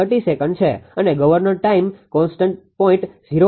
30 second છે અને governor time constant 0